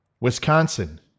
Wisconsin